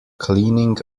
cleaning